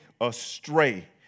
astray